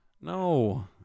No